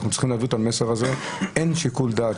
אנחנו צריכים להעביר את המסר הזה ואין שיקול דעת.